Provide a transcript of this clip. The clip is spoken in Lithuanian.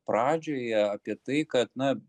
pradžioje apie tai kad na